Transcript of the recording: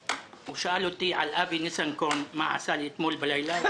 הוא שאל אותי מה עשה לי אתמול בלילה אבי